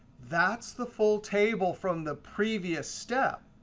that's the full table from the previous step.